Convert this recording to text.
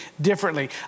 differently